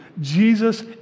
Jesus